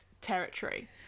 territory